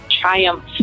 triumph